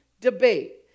debate